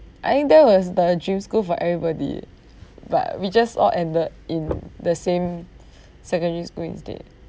I think that was the dream school for everybody but we just all ended in the same secondary school instead